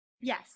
Yes